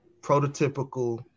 prototypical